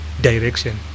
direction